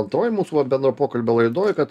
antroj mūsų vat bendro pokalbio laidoj kad